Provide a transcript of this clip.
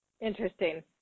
Interesting